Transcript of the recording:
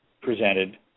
presented